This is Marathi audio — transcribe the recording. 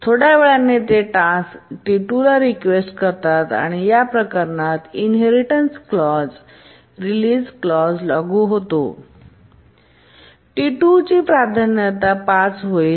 थोड्या वेळाने ते T2ला रीक्वेस्ट करतात आणि या प्रकरणात इनहेरिटेन्स क्लॉज clause लागू होईल आणि T2ची प्राधान्य 5 होईल